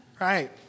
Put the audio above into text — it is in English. Right